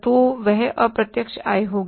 तो वह अप्रत्यक्ष आय होगी